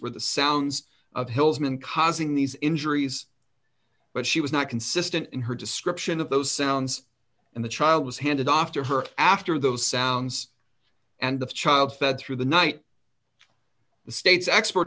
were the sounds of hill's been causing these injuries but she was not consistent in her description of those sounds and the child was handed off to her after those sounds and the child fed through the night the state's expert